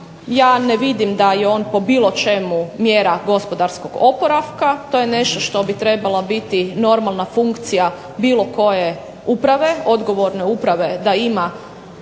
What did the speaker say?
ja ne vidim da je on po bilo čemu mjera gospodarskog oporavka, to je nešto što bi trebala biti normalna funkcija bilo koje uprave, odgovorne uprave da ima